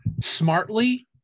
smartly